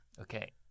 Okay